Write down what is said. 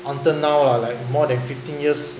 until now lah like more than fifteen years